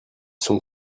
sont